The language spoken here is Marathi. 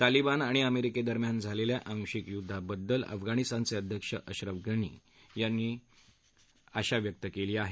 तालिबान आणि अमेरिके दरम्यान झालेल्या आंशिक युद्धबंदीबद्दल अफगाणिस्तानचे अध्यक्ष अश्रफ गणी यांनी आशा व्यक्त केली आहे